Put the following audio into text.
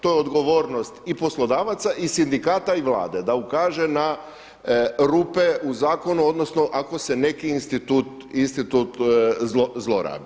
To je odgovornost i poslodavaca i sindikata i Vlade, da ukaže na rupe u zakonu, odnosno ako se neki institut zlorabi.